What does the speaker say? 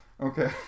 Okay